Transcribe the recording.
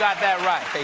that that right.